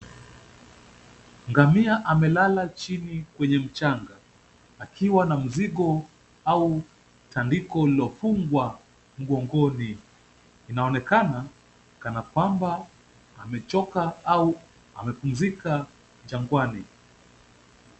Ngamia amelala chini kwenye mchanga, akiwa na mzigo au tandiko lililofungwa mgongoni. Inaonekana kanakwamba amechoka au amepumzika jangwani.